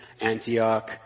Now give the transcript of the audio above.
Antioch